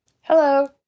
Hello